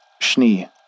Schnee